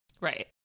Right